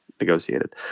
Negotiated